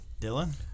Dylan